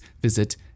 visit